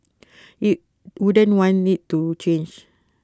IT wouldn't want IT to change